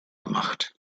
gemacht